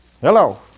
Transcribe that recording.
Hello